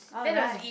alright